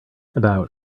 about